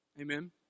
Amen